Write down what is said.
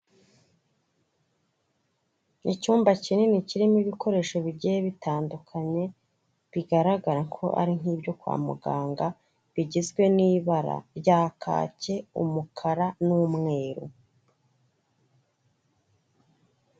Icyumba kinini kirimo ibikoresho bigiye bitandukanye, bigaragara ko ari nk'ibyo kwa muganga, bigizwe n'ibara rya kake umukara n'umweru.